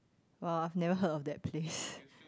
!wow! I've never heard of that place